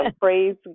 Praise